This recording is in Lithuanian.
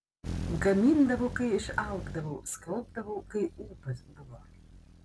gamindavau kai išalkdavau skalbdavau kai ūpas buvo